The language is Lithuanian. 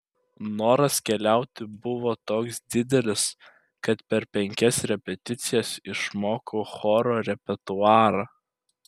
noras keliauti buvo toks didelis kad per penkias repeticijas išmokau choro repertuarą